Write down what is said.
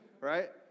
right